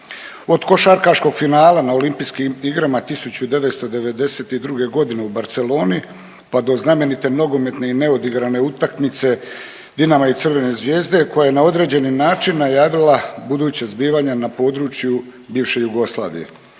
Od košarkaškog finala na Olimpijskim igrama 1992. godine u Barceloni pa do znamenite nogometne i neodigrane utakmice Dinama i Crvene zvjezde koja je na određeni način najavila buduća zbivanja na području bivše Jugoslavije